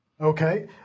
Okay